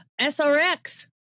SRX